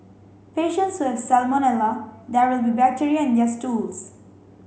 patients who have salmonella there will be bacteria in yet stools